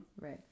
Right